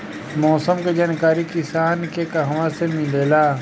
मौसम के जानकारी किसान के कहवा से मिलेला?